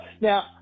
now